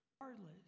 Regardless